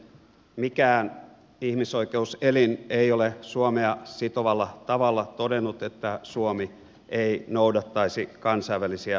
mikään ihmisoikeuselin ei ole suomea sitovalla tavalla todennut että suomi ei noudattaisi kansainvälisiä sopimuksiaan